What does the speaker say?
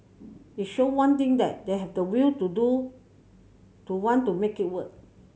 it showed one thing that they had the will to do to want to make it work